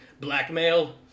Blackmail